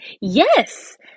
Yes